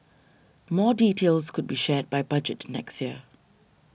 more details could be shared by budget next year